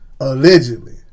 Allegedly